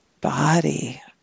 body